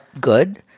good